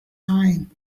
time